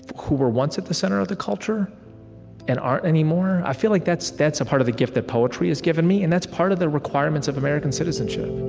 who were once at the center of the culture and aren't anymore, i feel like that's a part of the gift that poetry has given me. and that's part of the requirements of american citizenship